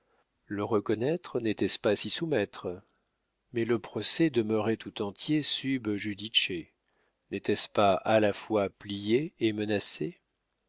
le reconnaître n'était-ce pas s'y soumettre mais le procès demeurait tout entier sub judice n'était-ce pas à la fois plier et menacer